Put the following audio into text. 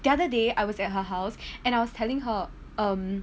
the other day I was at her house and I was telling her um